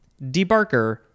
Debarker